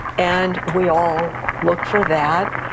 and we all look for that.